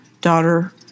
daughter